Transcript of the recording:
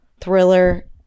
thriller